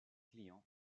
client